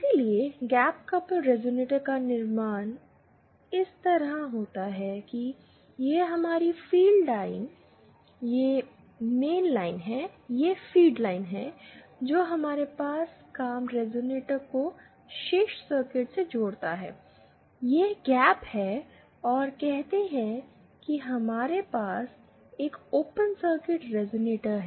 इसलिए gap couple resonator का निर्माण इस तरह होता है कि यह हमारी फीड लाइन है यह मेनलाइन है जो हमारे काम रेज़ोनेटर को शेष सर्किट से जोड़ती है यह गैप है और कहते हैं कि हमारे पास एक ओपन सर्किट रेज़ोनेटर है